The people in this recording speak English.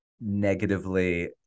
negatively